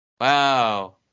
Wow